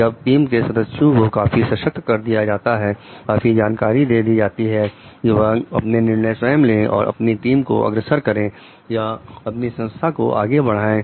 जब टीम के सदस्यों को काफी सशक्त कर दिया जाता है काफी जानकारी दे दी जाती है कि वह अपने निर्णय स्वयं ले और अपनी टीम को अग्रसर करें या अपनी संस्था को आगे बढ़ाएं